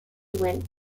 went